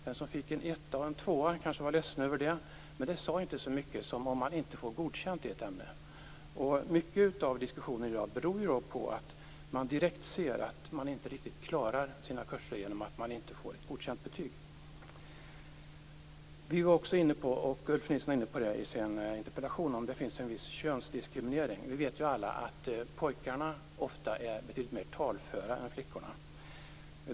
Den som fick en etta eller en tvåa var kanske ledsen över det, men det sade inte lika mycket som att få Icke godkänd i ett ämne. Mycket av diskussionen i dag beror på att man direkt ser att man inte klarar en kurs genom att inte få betyget Godkänd. Ulf Nilsson tog upp frågan om könsdiskriminering i sin interpellation. Vi vet alla att pojkarna ofta är betydligt mer talföra än flickorna.